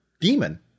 demon